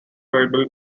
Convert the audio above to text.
available